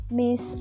miss